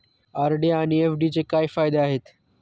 RD आणि एफ.डीचे काय फायदे आहेत?